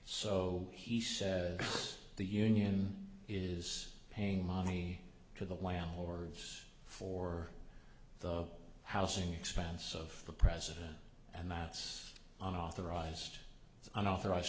so he said the union is paying money to the landlords for the housing expense of the president and i was authorized unauthorized